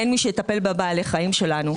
אין מי שיטפל בבלעי החיים שלנו,